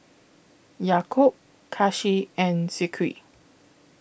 Yaakob Kasih and Zikri